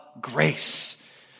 grace